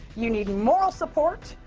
you need moral support,